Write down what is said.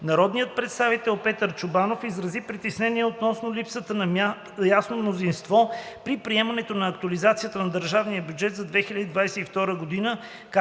Народният представител Петър Чобанов изрази притеснение относно липсата на ясно мнозинство при приемането на актуализацията на държавния бюджет за 2022 г.,